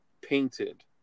painted